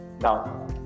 Now